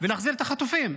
ולהחזיר את החטופים.